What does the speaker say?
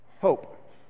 hope